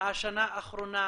השנה האחרונה,